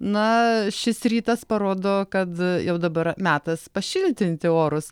na šis rytas parodo kad jau dabar metas pašiltinti orus